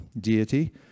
deity